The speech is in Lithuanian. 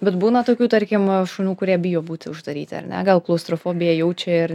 bet būna tokių tarkim šunų kurie bijo būti uždaryti ar ne gal klaustrofobiją jaučia ir